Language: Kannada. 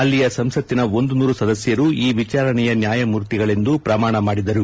ಅಲ್ಲಿಯ ಸಂಸತ್ತಿನ ಒಂದುನೂರು ಸದಸ್ಯರು ಈ ವಿಚಾರಣೆಯ ನ್ಯಾಯಮೂರ್ತಿಗಳೆಂದು ಪ್ರಮಾಣ ಮಾಡಿದರು